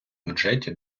бюджеті